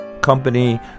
company